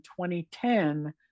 2010